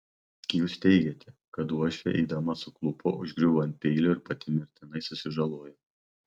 jūs teigiate kad uošvė eidama suklupo užgriuvo ant peilio ir pati mirtinai susižalojo